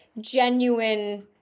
genuine